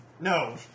No